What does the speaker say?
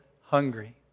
hungry